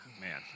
Man